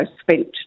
spent